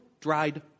dried